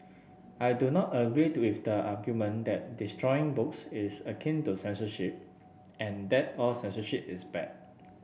I do not agree with the argument that destroying books is akin to censorship and that all censorship is bad